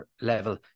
level